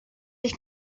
wyt